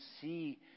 see